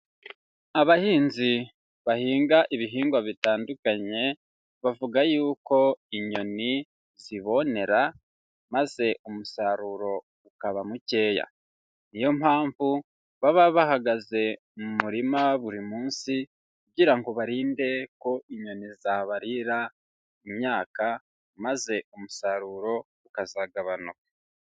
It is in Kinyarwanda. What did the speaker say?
Abahinzi bahinga ibihingwa bitandukanye, bavuga yuko inyoni zibonera, maze umusaruro ukaba mukeya. Ni yo mpamvu baba bahagaze mu murima buri munsi, kugira ngo barinde ko inyoni zabarira imyaka, maze umusaruro ukazagabanuka.